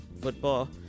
football